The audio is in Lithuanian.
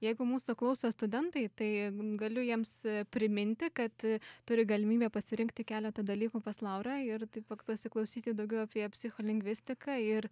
jeigu mūsų klauso studentai tai galiu jiems priminti kad turi galimybę pasirinkti keletą dalykų pas laurą ir taip pat pasiklausyti daugiau apie psicholingvistiką ir